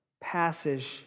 passage